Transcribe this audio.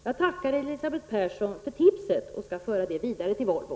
Jag tackar Elisabeth Persson för tipset och skall föra det vidare till Volvo.